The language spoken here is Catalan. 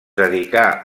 dedicà